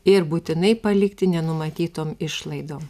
ir būtinai palikti nenumatytom išlaidom